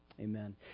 amen